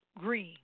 Green